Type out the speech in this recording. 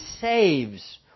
saves